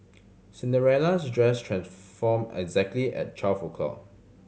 Cinderella's dress transformed exactly at twelve o' clock